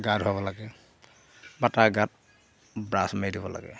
গা ধুৱাব লাগে বা তাৰ গাত ব্ৰাছ মাৰি দিব লাগে